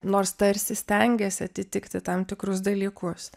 nors tarsi stengėsi atitikti tam tikrus dalykus